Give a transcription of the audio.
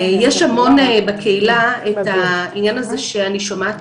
יש המון בקהילה את העניין הזה שאני שומעת